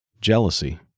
Jealousy